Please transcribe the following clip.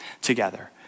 together